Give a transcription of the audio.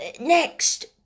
Next